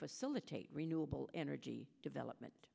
facilitate renewable energy development